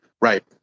Right